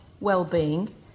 well-being